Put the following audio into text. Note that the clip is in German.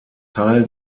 teil